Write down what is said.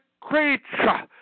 creature